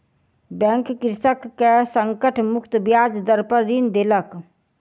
bank कृषक के संकट मुक्त ब्याज दर पर ऋण देलक